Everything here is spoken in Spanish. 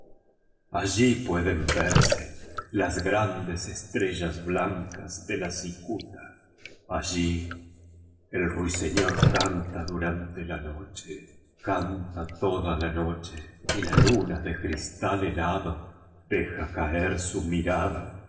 allí pueden verse las grandes estrellas blan cas de la cicuta allí d ruiseñor canta du rante la noche canta toda la noche y la luna de cristal helado deja caer su mirada